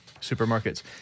Supermarkets